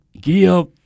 give